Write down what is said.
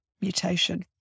mutation